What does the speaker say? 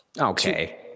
okay